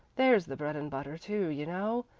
there's the bread and butter too, you know,